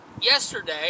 yesterday